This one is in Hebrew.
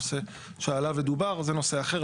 נושא שעלה ודובר זה נושא אחר,